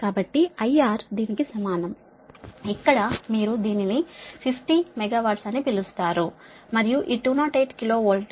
కాబట్టి IR దీనికి సమానం ఇక్కడ మీరు దీనిని 50 ను మెగావాట్ అని పిలుస్తారు మరియు ఈ 208 కిలో వోల్ట్